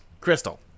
Crystal